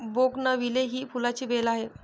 bougainvillea ही फुलांची वेल आहे